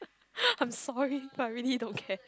I'm sorry I really don't care